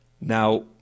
Now